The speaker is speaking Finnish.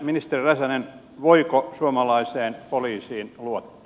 ministeri räsänen voiko suomalaiseen poliisin luottaa